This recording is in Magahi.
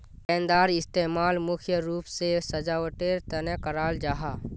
गेंदार इस्तेमाल मुख्य रूप से सजावटेर तने कराल जाहा